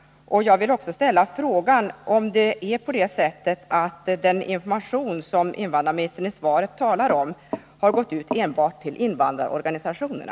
Jag vill också ställa frågan, om det är på det sättet att den information som invandrarministern talar om i svaret har gått ut enbart till invandrarorganisationerna.